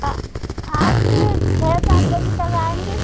अच्छा आज छः सात बजे तक आएँगी